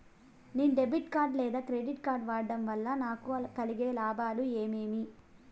నేను debit card లేదా credit card వాడడం వల్ల నాకు కలిగే లాభాలు ఏమేమీ?